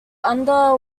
under